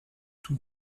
tout